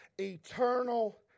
eternal